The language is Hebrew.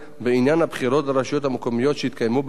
בעניין הבחירות לרשויות המקומיות שהתקיימו בנובמבר